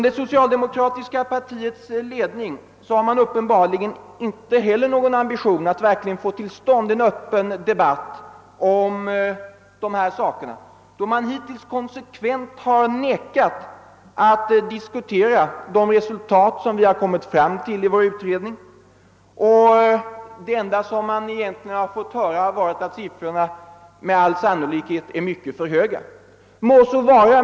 Det socialdemokratiska partiets ledning har uppenbarligen inte heller någon ambition att verkligen få till stånd en öppen debatt om dessa frågor, eftersom man hittills konsekvent har vägrat att diskutera de resultat som vi i vår utredning har kommit fram till. Det enda vi egentligen har fått höra har varit att siffrorna med all sannolikhet är mycket för höga. Må så vara!